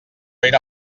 era